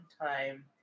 time